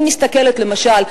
אני מסתכלת למשל: